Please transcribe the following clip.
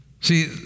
See